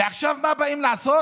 ועכשיו מה באים לעשות?